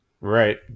Right